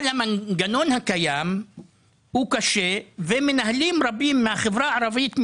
על סדר היום תקצוב מוסדות החינוך בחברה הערבית,